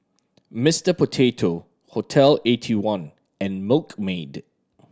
Mister Potato Hotel Eighty one and Milkmaid